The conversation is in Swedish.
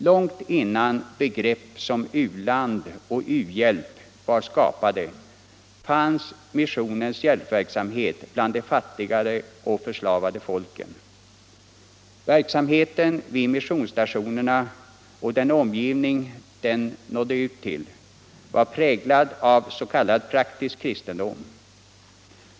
Långt innan begrepp som u-land och u-hjälp var skapade fanns missionens hjälpverksamhet bland de fattigare och förslavade folken. Verksamheten vid missionsstationerna och i den omgivning den nådde ut till var präglad av s.k. praktisk kristendom.